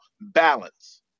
balance